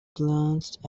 glanced